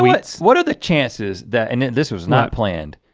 what so what are the chances that and this was not planned?